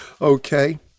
Okay